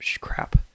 crap